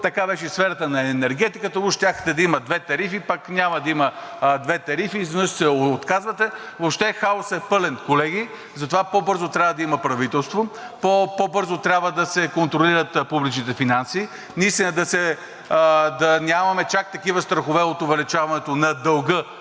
Така беше и в сферата на енергетиката – уж щеше да има две тарифи, пък няма да има две тарифи, изведнъж се отказвате. Въобще хаосът е пълен, колеги. Затова по-бързо трябва да има правителство, по-бързо трябва да се контролират публичните финанси, наистина да нямаме чак такива страхове от увеличаването на дълга,